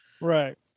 Right